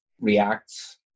React's